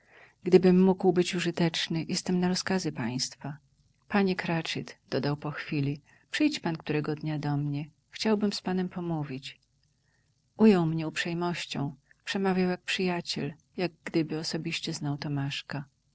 gdybym mógł być użyteczny jestem na rozkazy państwa panie cratchit dodał po chwili przyjdź pan którego dnia do mnie chciałbym z panem pomówić ujął mnie uprzejmością przemawiał jak przyjaciel jak gdyby osobiście znał tomaszka